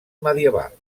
medieval